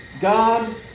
God